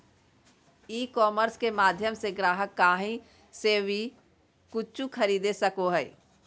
ई commerce के माध्यम से ग्राहक काही से वी कूचु खरीदे सको हइ